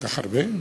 כל כך הרבה?